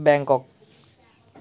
Bangkok